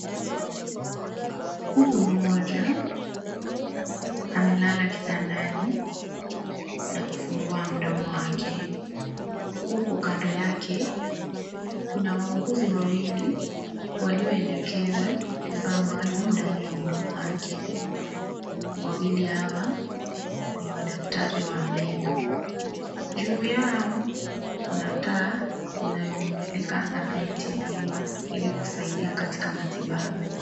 Mtu mmoja amelala kitandani na kufungua mdomo wake huku kando yake kuna wauguzi wawili walioelekeza vifaa maalum ndani ya mdomo wake wawili hawa ni madaktari wa meno, juu yao kuna taa inayomulika anayetibiwa ili kusaidia katika matibabu.